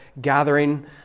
gathering